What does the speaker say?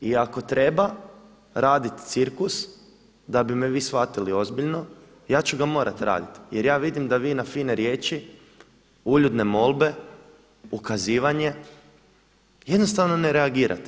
I ako treba raditi cirkus da bi me vi shvatili ozbiljno, ja ću ga morati raditi jer ja vidim da vi na fine riječi, uljudne molbe, ukazivanje jednostavno ne reagirate.